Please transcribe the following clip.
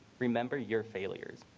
remember your failures.